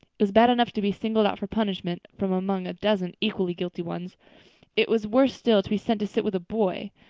it was bad enough to be singled out for punishment from among a dozen equally guilty ones it was worse still to be sent to sit with a boy,